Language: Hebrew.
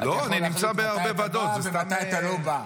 אתה יכול להחליט מתי אתה בא ומתי אתה לא בא.